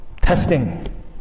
testing